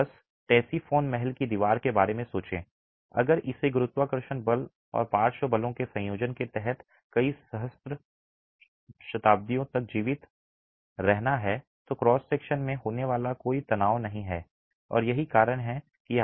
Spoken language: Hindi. अब बस Ctesiphon महल की दीवार के बारे में सोचें अगर इसे गुरुत्वाकर्षण बल और पार्श्व बलों के संयोजन के तहत कई सहस्राब्दियों तक जीवित रहना है तो क्रॉस सेक्शन में होने वाला कोई तनाव नहीं है और यही कारण है कि यह आधार पर 5 मीटर है